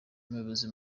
umuyobozi